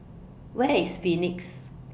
Where IS Phoenix